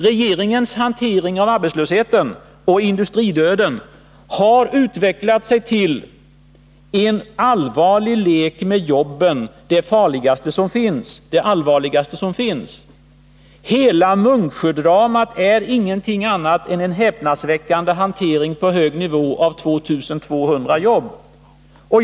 Regeringens hantering av arbetslösheten och industridö den har utvecklat sig till en allvarlig lek med jobben — det allvarligaste som finns. Hela Munksjödramat är ingenting annat än en häpnadsväckande hantering på hög nivå av 2 200 jobb.